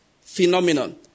phenomenon